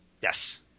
Yes